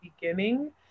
beginning